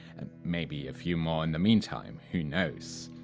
and maybe a few more in the meantime? who knows?